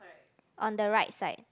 on the right side